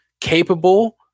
capable